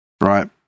Right